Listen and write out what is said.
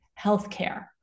healthcare